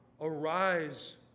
Arise